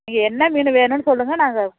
நீங்கள் என்ன மீன் வேணும்ன்னு சொல்லுங்கள் நாங்கள்